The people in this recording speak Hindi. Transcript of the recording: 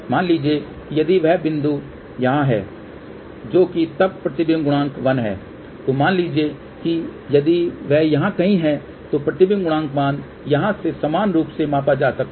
मान लीजिए कि यदि वह बिंदु यहां है जो कि तब प्रतिबिंब गुणांक 1 है तो मान लीजिए कि यदि वह यहां कहीं है तो प्रतिबिंब गुणांक मान यहां से समान रूप से मापा जा सकता है